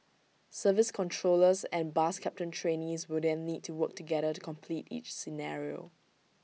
service controllers and bus captain trainees will then need to work together to complete each scenario